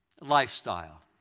lifestyle